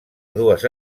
dues